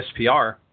SPR